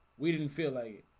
we didn't feel like it.